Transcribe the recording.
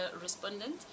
respondent